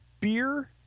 beer